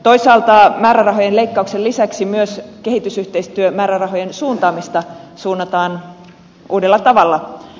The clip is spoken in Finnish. toisaalta määrärahojen leikkauksen lisäksi myös kehitysyhteistyömäärärahoja suunnataan uudella tavalla